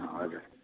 हजुर